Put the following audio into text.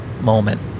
moment